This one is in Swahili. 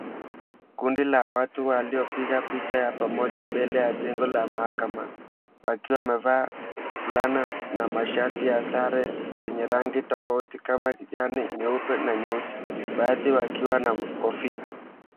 Kundi la watu waliopiga picha ya pamoja mbele ya jengo la mahakama, wakiwa wamevaa fulana na mashati ya sare zenye rangi tofauti kana kijani, nyeupe na nyeusi baadhi wakiwa na kofia.